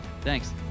Thanks